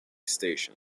station